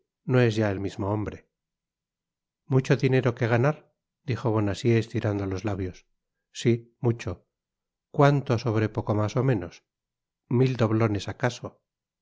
no es ya el mismo hombre mucho dinero que ganar dijo bonacieux estirando los labios si mucho cuanto sobre poco mas ó menos mil doblones acaso